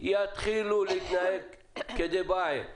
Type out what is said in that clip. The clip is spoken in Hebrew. ההסעה יתחילו להתנהג כדבעי,